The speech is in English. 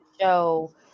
show